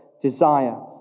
desire